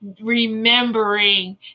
remembering